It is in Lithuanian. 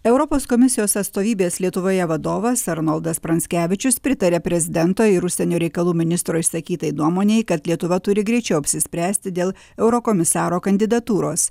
europos komisijos atstovybės lietuvoje vadovas arnoldas pranckevičius pritaria prezidento ir užsienio reikalų ministro išsakytai nuomonei kad lietuva turi greičiau apsispręsti dėl eurokomisaro kandidatūros